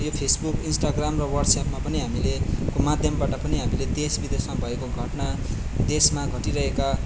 यो Facebook Instagram र वाट्सएपमा पनि हामीले को माध्यमबाट पनि हामीले देश विदेशमा भएको घटना देशमा घटिरहेका